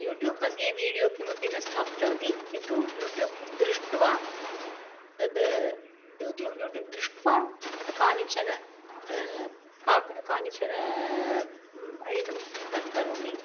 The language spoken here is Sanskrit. यूटूब्मध्ये वीडियो किमपि न स्थापितवती किन्तु यूट्यूब् दृष्ट्वा तद् यूट्यू यूट्यूब् दृष्ट्वा कानिचन पाकं कानिचन ऐटम्स् तत् करोमि